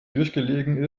durchgelegen